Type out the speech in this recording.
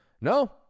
no